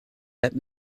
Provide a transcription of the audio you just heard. let